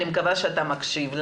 אני מקווה שאתה מקשיב לנו,